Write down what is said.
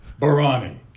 Barani